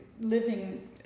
living